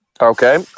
Okay